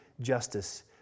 justice